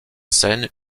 scène